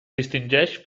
distingeix